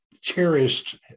cherished